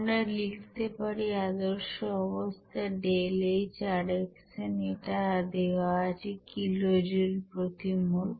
আমরা লিখতে পারি আদর্শ অবস্থায় ΔHrxn এটা দেওয়া আছে কিলোজুল প্রতি মোল